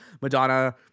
Madonna